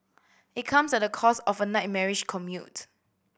it comes at the cost of a nightmarish commute